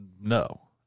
no